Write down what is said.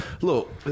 look